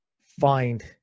find